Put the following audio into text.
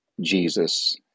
Jesus